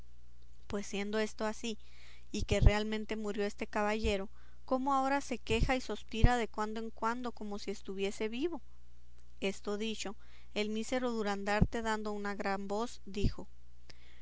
pues siendo esto así y que realmente murió este caballero cómo ahora se queja y sospira de cuando en cuando como si estuviese vivo esto dicho el mísero durandarte dando una gran voz dijo